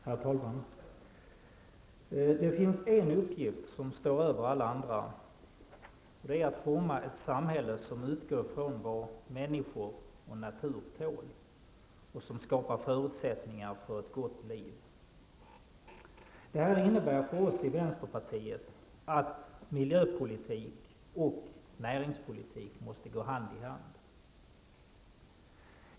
Herr talman! Det finns en uppgift som står över alla andra, och det är att forma ett samhälle som utgår från vad människor och natur tål och som skapar förutsättningar för ett gott liv. För oss i vänsterpartiet innebär det att miljöpolitiken och näringspolitiken måste gå hand i hand.